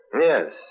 Yes